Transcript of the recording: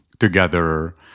together